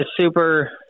super